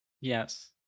yes